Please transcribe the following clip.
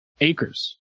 acres